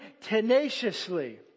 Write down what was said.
tenaciously